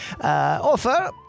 offer